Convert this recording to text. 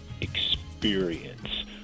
experience